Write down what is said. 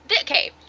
okay